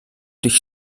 durch